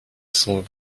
sont